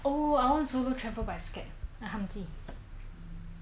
oh I want to solo travel but I scared I ham ji